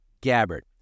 Gabbard